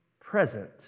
present